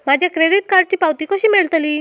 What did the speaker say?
माझ्या क्रेडीट कार्डची पावती कशी मिळतली?